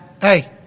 Hey